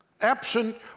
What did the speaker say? absent